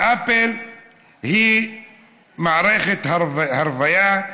ואפל היא מערכת הרבייה,